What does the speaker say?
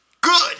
Good